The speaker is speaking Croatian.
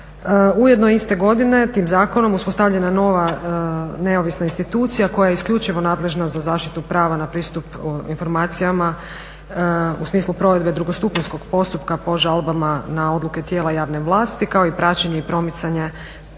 Ujedno iste godine tim zakonom uspostavljena je nova neovisna institucija koja je isključivo nadležna za zaštitu prava na pristup informacijama, u smislu provedbe drugostupanjskog postupka po žalbama na odluke tijela javne vlasti, kao i praćenje i promicanje